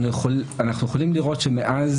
אנחנו יכולים לראות שמאז